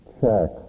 check